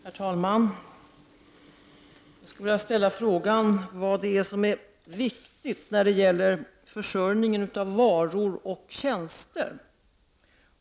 Herr talman! Jag skulle vilja ställa frågan vad som är viktigt när det gäller försörjningen av varor och tjänster.